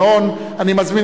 זאב אלקין ואחרים,